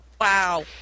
Wow